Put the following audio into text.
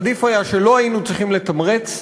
עדיף היה שלא היינו צריכים לתמרץ,